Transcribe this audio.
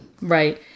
Right